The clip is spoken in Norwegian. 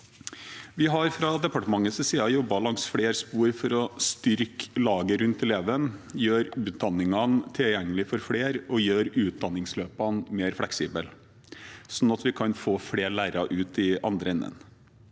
det. Fra departementets side har vi jobbet langs flere spor for å styrke laget rundt eleven, gjøre utdanningene tilgjengelig for flere og gjøre utdanningsløpene mer fleksible, sånn at vi kan få flere lærere ut i den andre enden.